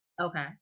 okay